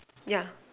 yeah